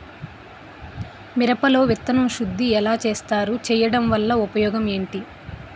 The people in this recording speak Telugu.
మిరప లో విత్తన శుద్ధి ఎలా చేస్తారు? చేయటం వల్ల ఉపయోగం ఏంటి?